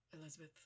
Elizabeth